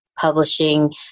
publishing